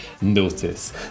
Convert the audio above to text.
notice